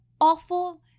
awful